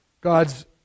God's